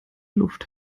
luft